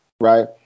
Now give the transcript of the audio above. Right